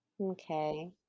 Okay